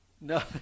no